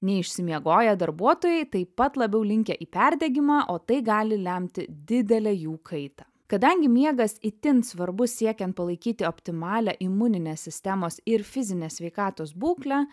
neišsimiegoję darbuotojai taip pat labiau linkę į perdegimą o tai gali lemti didelę jų kaitą kadangi miegas itin svarbus siekiant palaikyti optimalią imuninę sistemos ir fizinę sveikatos būklę